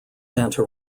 santa